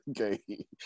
okay